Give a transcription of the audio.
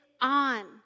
on